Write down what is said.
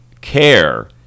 care